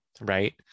right